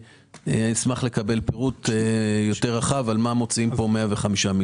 אשמח לקבל פירוט רחב יותר על מה מוציאים פה 105 מיליון שקלים.